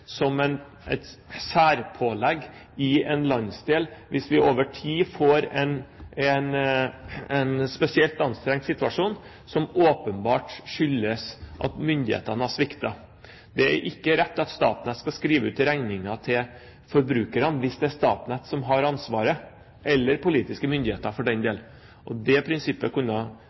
brukes som et særpålegg i en landsdel hvis vi over tid får en spesielt anstrengt situasjon, som åpenbart skyldes at myndighetene har sviktet. Det er ikke rett at Statnett skal skrive ut regningen til forbrukerne hvis det er Statnett som har ansvaret – eller politiske myndigheter for den del. Det prinspippet kunne olje- og energiministeren ha